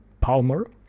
Palmer